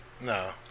no